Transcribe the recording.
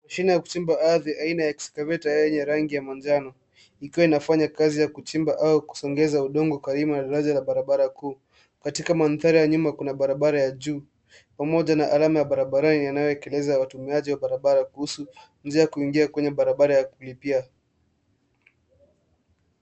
Mashine ya kuchimba ardhi aina ya excavator yenye rangi ya manjano ikiwa inafanya kazi ya kuchimba au kusongeza udongo karibu na daraja la barabara kuu. Katika mandhari ya nyuma kuna barabara ya juu pamoja na alama ya barabarani inayoelekeza watumiaji wa barabara kuhusu njia ya kuingia kwenye barabara ya kulipia.